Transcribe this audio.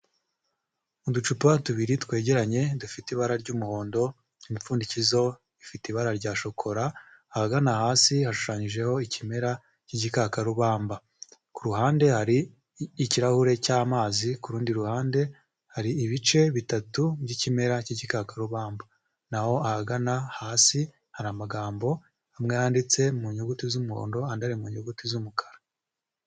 Uducupa tubiri twegeranye, dufite ibara ry'umuhondo, imipfundikizo ifite ibara rya shokora, ahagana hasi hashushanyijeho ikimera cy'igikakarubamba, ku ruhande hari ikirahure cy'amazi, ku rundi ruhande hari ibice bitatu by'ikimera cy'igikakarubamba naho ahagana hasi hari amagambo amwe yanditse mu nyuguti z'umuhondo, andi ari mu nyuguti z'umukara.